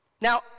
Now